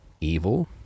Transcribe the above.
evil